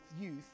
youth